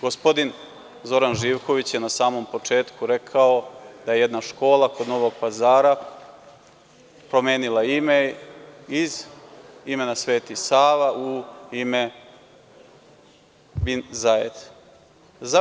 Gospodin Zoran Živković je na samom početku rekao da je jedna škola kod Novog Pazara promenila ime iz imena „Sveti Sava“ u ime „Bin Zaid“